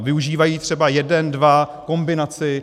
Využívají třeba jeden, dva, kombinaci.